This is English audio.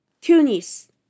Tunis